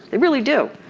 they really do.